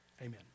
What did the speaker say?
Amen